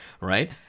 right